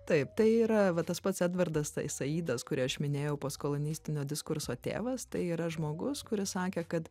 taip tai yra va tas pats edvardas saidas kurį aš minėjau postkolonistinio diskurso tėvas tai yra žmogus kuris sakė kad